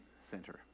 center